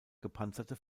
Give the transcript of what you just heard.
gepanzerte